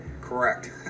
correct